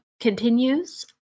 continues